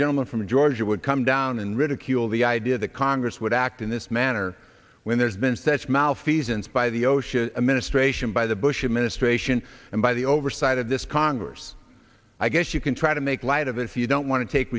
gentleman from georgia would come down and ridicule the idea that congress would act in this manner when there's been such malfeasance by the osha ministration by the bush administration and by the oversight of this congress i guess you can try to make light of it if you don't want to take